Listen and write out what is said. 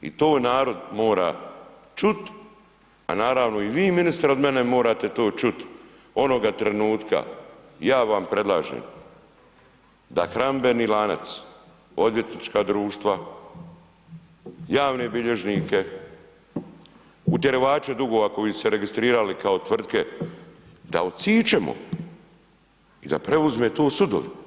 I to narod mora čuti a naravno i vi ministre od mene morate to čuti onoga trenutka ja vam predlažem da hranidbeni lanac odvjetnička društva, javne bilježnike, utjerivače dugova koji su se registrirali kao tvrtke da odsiječemo i da preuzmu tu sudovi.